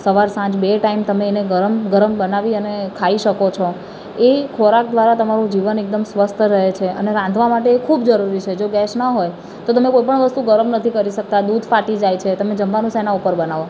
સવાર સાંજ બે ટાઇમ તમે એને ગરમ ગરમ બનાવી અને ખાઈ શકો છો એ ખોરાક દ્વારા તમારું જીવન એકદમ સ્વસ્થ રહે છે અને રાંધવા માટે ખૂબ જરૂરી છે જો ગૅસ ના હોય તો તમે કોઈ પણ વસ્તુ ગરમ નથી કરી શકતા દૂધ ફાટી જાય છે તમે જમવાનું શેના ઉપર બનાવો